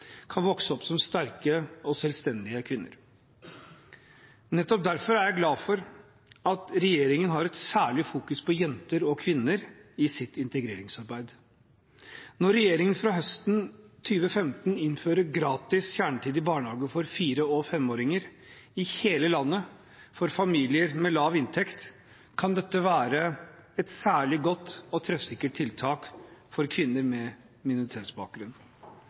kan vokse opp som sterke og selvstendige kvinner. Nettopp derfor er jeg glad for at regjeringen har et særlig fokus på jenter og kvinner i sitt integreringsarbeid. Når regjeringen fra høsten 2015 innfører gratis kjernetid i barnehage for fire- og femåringer i hele landet for familier med lav inntekt, kan dette være et særlig godt og treffsikkert tiltak for kvinner med minoritetsbakgrunn.